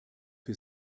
für